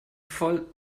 voll